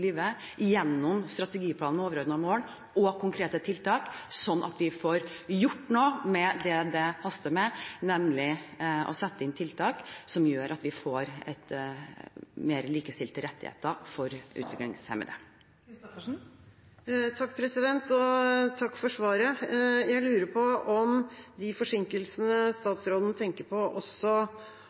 livet gjennom strategiplanen, med overordnede mål og konkrete tiltak, slik at vi får gjort noe med det det haster med, nemlig å sette inn tiltak som gjør at vi får mer likestilte rettigheter for utviklingshemmede. Takk for svaret. Jeg lurer på om de forsinkelsene statsråden tenker på, også